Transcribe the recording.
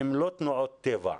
הם לא תנועות טבע.